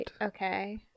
Okay